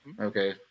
okay